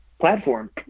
platform